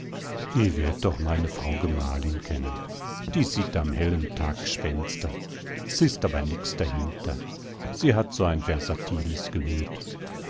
werd doch meine frau gemahlin kennen die sieht am hellen tag gespenster s is aber nix dahinter sie hat so ein versatiles gemüt